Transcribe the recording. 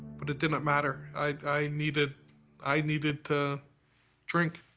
but it didn't matter. i needed i needed to drink.